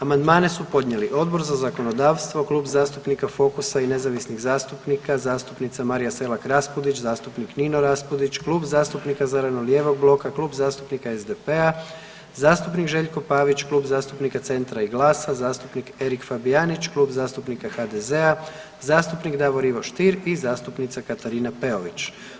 Amandmane su podnijeli Odbor za zakonodavstvo, Klub zastupnika Fokusa i nezavisnih zastupnika, zastupnica Marija Selak Raspudić, zastupnik Nino Raspudić, Klub zastupnika zeleno-lijevog bloka, Klub zastupnika SDP-a, zastupnik Željko Pavić, Klub zastupnika Centra i GLAS-a, zastupnik Erik Fabijanić, Klub zastupnika HDZ-a, zastupnik Davor Ivo Stier i zastupnica Katarina Peović.